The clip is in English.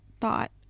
thought